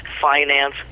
finance